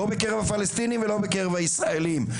לא בקרב הפלסטינים ולא בקרב הישראלים,